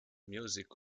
music